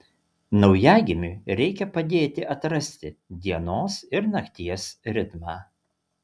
naujagimiui reikia padėti atrasti dienos ir nakties ritmą